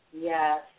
Yes